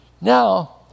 Now